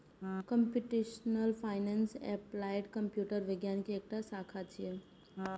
computational finance applied computer विज्ञान के एकटा शाखा छियै